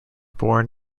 born